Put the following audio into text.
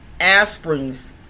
aspirins